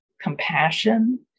compassion